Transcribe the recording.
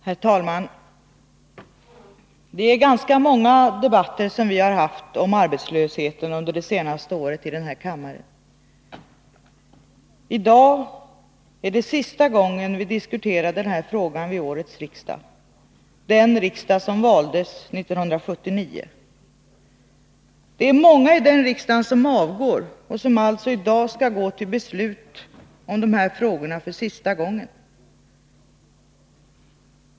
Herr talman! Det är ganska många debatter som vi har haft om arbetslösheten under det senaste året här i kammaren. I dag är det sista gången vi diskuterar den här frågan vid årets riksmöte — den riksdag som valdes 1979. Det är många i den riksdagen som avgår och som alltså i dag skall gå till beslut om de här frågorna för sista gången.